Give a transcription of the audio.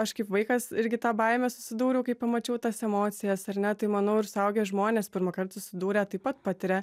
aš kaip vaikas irgi tą baimę susidūriau kai pamačiau tas emocijas ar ne tai manau ir suaugę žmonės pirmąkart susidūrę taip pat patiria